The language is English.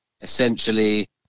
essentially